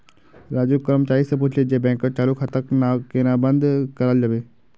राजू कर्मचारी स पूछले जे बैंकत चालू खाताक केन न बंद कराल जाबे